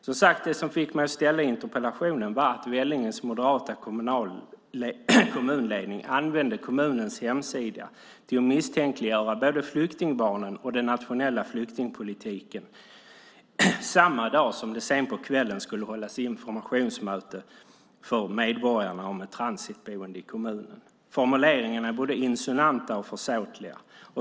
Som sagt: Det som fick mig att ställa interpellationen var att Vellinges moderata kommunledning använde kommunens hemsida till att misstänkliggöra både flyktingbarnen och den nationella flyktingpolitiken samma dag som det sedan på kvällen skulle hållas informationsmöte för medborgarna om ett transitboende i kommunen. Formuleringarna var både insinuanta och försåtliga.